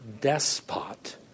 despot